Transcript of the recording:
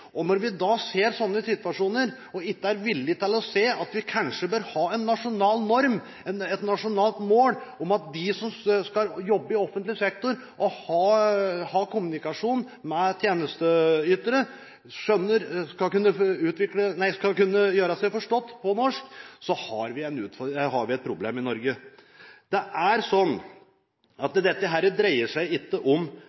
liv. Når vi har slike situasjoner, og vi ikke er villig til å se på om vi kanskje bør ha en nasjonal norm, et nasjonalt mål, nemlig at de som skal jobbe i offentlig sektor og ha kommunikasjon med brukere, skal kunne gjøre seg forstått på norsk, så har vi et problem i Norge. Dette dreier seg ikke om hvorvidt en sykepleier kommer fra Moldova eller fra Romania. Det er